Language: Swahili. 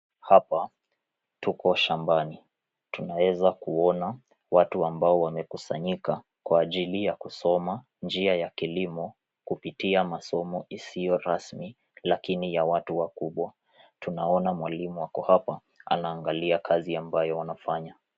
Hapa, tuko shambani. Tunaeza kuona watu ambao wamekusanyika kwa ajili ya kusoma njia ya kilimo, kupitia masomo isiyo rasmi lakini ya watu wakubwa. Tunaona mwalimu ako hapa anaangalia kazi ambayo wanafanya.